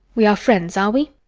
we are friends, are we?